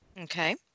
Okay